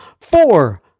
four